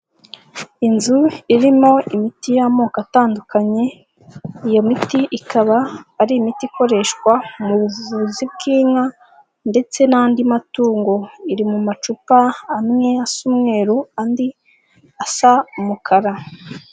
Inzu irimo imiti y'amoko atandukanye, iyo miti ikaba ari imiti ikoreshwa mu buvuzi bw'inka ndetse n'andi matungo, iri mu macupa amwe asa umweru andi asa umukara.